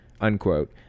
unquote